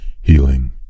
healing